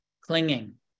clinging